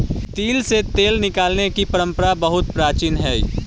तिल से तेल निकालने की परंपरा बहुत प्राचीन हई